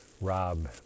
Rob